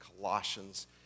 Colossians